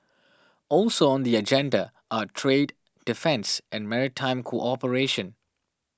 also on the agenda are trade defence and maritime cooperation